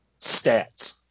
stats